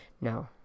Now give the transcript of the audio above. No